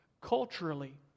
Culturally